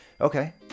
Okay